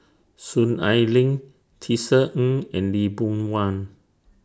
Soon Ai Ling Tisa Ng and Lee Boon Wang